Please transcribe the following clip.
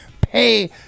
pay